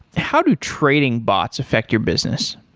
how do trading bots affect your business?